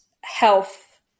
health